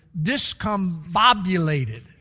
discombobulated